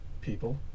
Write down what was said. people